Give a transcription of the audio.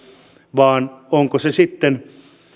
vaan onko se sitten